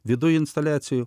viduj instaliacijų